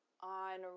on